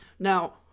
Now